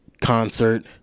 concert